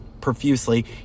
profusely